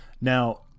Now